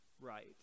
right